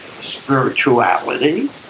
spirituality